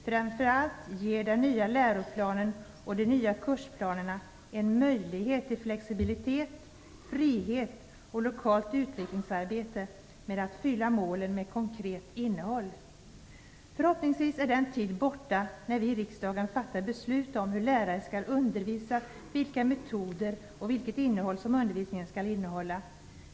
Framför allt ger den nya läroplanen och de nya kursplanerna en möjlighet till flexibilitet, frihet och lokalt utvecklingsarbete med att fylla målen med konkret innehåll. Förhoppningsvis är den tid borta när vi i riksdagen fattar beslut om hur lärare skall undervisa, vilka metoder och vilket innehåll som undervisningen skall innehålla.